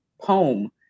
poem